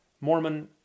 Mormon